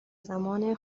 زمان